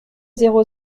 zéro